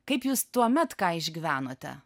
kaip jūs tuomet ką išgyvenote